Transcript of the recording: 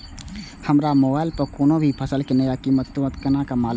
हमरा मोबाइल पर कोई भी फसल के नया कीमत तुरंत केना मालूम होते?